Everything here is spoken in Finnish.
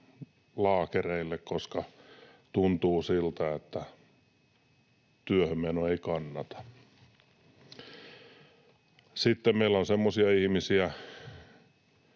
laakereille, koska tuntuu siltä, että työhönmeno ei kannata. Sitten meillä on semmoisia ihmisiä,